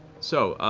so